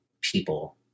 people